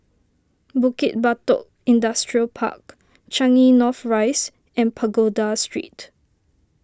Bukit Batok Industrial Park Changi North Rise and Pagoda Street